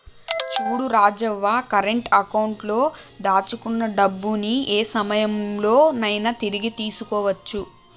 చూడు Rajavva current account లో దాచుకున్న డబ్బుని ఏ సమయంలో నైనా తిరిగి తీసుకోవచ్చు